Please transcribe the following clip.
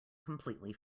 completely